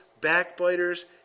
backbiters